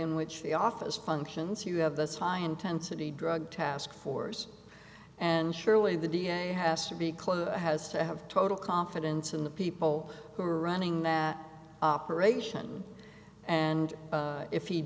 in which the office functions you have this high intensity drug task force and surely the da has to be clear has to have total confidence in the people who are running their operation and if he